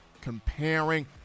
comparing